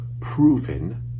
proven